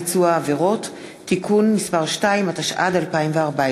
הרבנות הראשית לישראל (תיקון מס' 4), התשע"ד 2014,